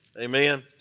amen